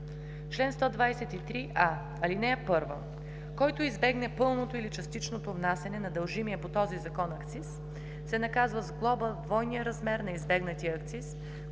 „Чл. 123а. (1) Който избегне пълното или частичното внасяне на дължимия по този закон акциз, се наказва с глоба в двойния размер на избегнатия акциз,